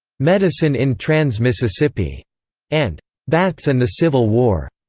medicine in trans-mississippi and bats and the civil war.